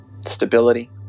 stability